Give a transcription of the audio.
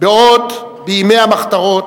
עוד בימי המחתרות,